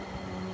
ହଁ